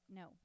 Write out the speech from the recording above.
no